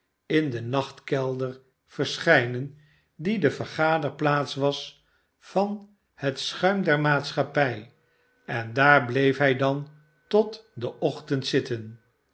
in den nachtkelder verschijnen die de vergaderplaats was van het schuim der maatschappij en daar bleef hij dan tot den ochtend zitten